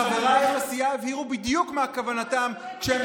חברייך לסיעה הבהירו בדיוק מה כוונתם כשהם